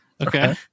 okay